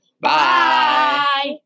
Bye